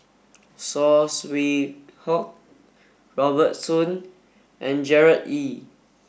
Saw Swee Hock Robert Soon and Gerard Ee